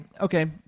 Okay